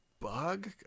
bug